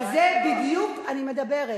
ועל זה בדיוק אני מדברת.